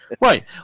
Right